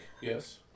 yes